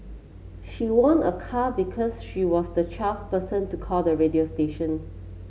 she won a car because she was the twelfth person to call the radio station